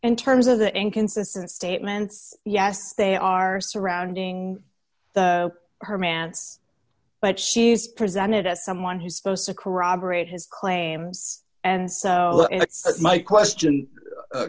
in terms of the inconsistent statements yes they are surrounding her mance but she's presented as someone who's supposed to corroborate his claims and so my question